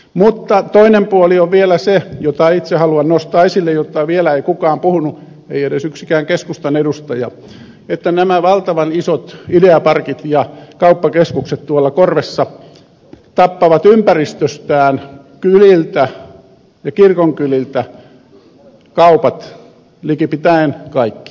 mutta toinen puoli on vielä se jonka itse haluan nostaa esille josta vielä kukaan ei ole puhunut ei edes yksikään keskustan edustaja että nämä valtavan isot ideaparkit ja kauppakeskukset tuolla korvessa tappavat ympäristöstään kyliltä ja kirkonkyliltä kaupat likipitäen kaikki